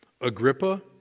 Agrippa